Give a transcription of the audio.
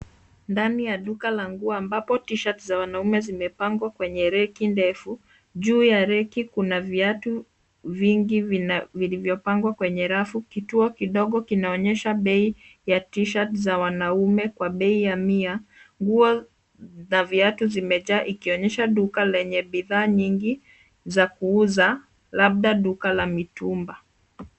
Ndani ya duka la nguo ambapo Tshirts za wanaume zimepangwa kwenye reki ndefu. Juu ya reki kuna viatu vingi vilivyopangwa kwenye rafu, kituo kidogo kinaonyesha bei ya Tshirts za wanaume kwa bei ya 100. Nguo na viatu zimejaa ikionyesha duka lenye bidhaa nyingi, za kuuza, labda duka la mitumba.